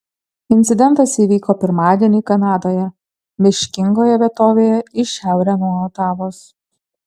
incidentas įvyko pirmadienį kanadoje miškingoje vietovėje į šiaurę nuo otavos